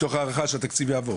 מתוך הערכה שהתקציב יעבור?